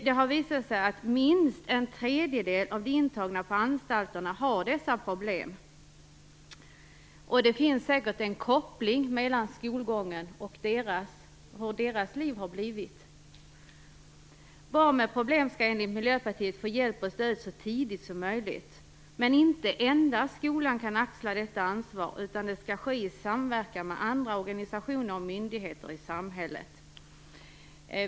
Det har visat sig att minst en tredjedel av de intagna på anstalterna har dessa problem. Det finns säkert en koppling mellan skolgången och hur deras liv har blivit. Barn med problem skall enligt Miljöpartiet få hjälp och stöd så tidigt som möjligt, men inte endast skolan kan axla detta ansvar. Det skall ske i samverkan med andra organisationer och myndigheter i samhället.